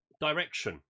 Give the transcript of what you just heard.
direction